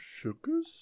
Sugars